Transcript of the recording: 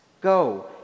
Go